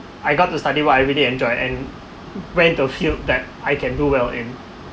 I got to study what I really enjoy and went to feel that I can do well in